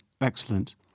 excellent